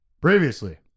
Previously